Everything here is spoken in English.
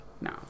No